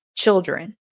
children